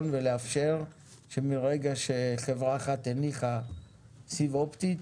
לאפשר שמרגע שחברה אחת הניחה סיב אופטי,